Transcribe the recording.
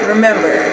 Remember